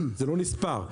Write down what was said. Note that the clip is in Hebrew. זה לא נספר.